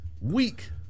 week